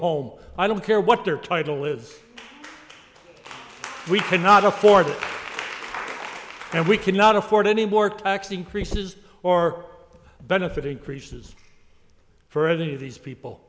home i don't care what their title is we cannot afford and we cannot afford any more tax increases or benefit increases further these people